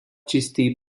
čistý